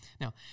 Now